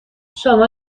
شما